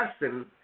lesson